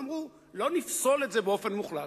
אמרו: לא נפסול את זה באופן מוחלט,